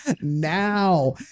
now